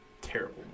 terrible